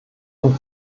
und